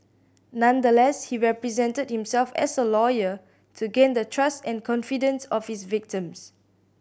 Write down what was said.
nonetheless he represented himself as a lawyer to gain the trust and confidence of his victims